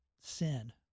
sin